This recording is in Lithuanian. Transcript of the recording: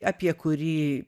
apie kurį